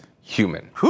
human